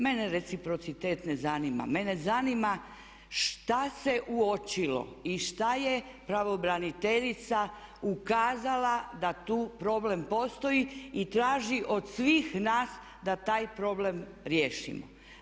Mene reciprocitet ne zanima, mene zanima šta se uočilo i šta je pravobraniteljica ukazala da tu problem postoji i traži od svih nas da taj problem riješimo.